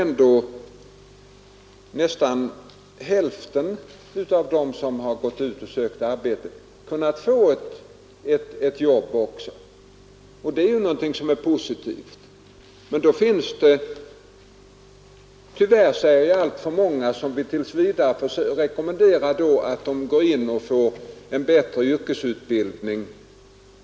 Nästan hälften av dem som har gått ut och sökt arbete har kunnat få ett jobb, och det är ju något som är positivt. Men då finns det — tyvärr, säger jag — alltför många som vi tills vidare får rekommendera att de går in och får en bättre yrkesutbildning.